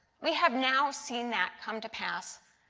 we have now seen that come to pass.